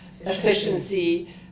efficiency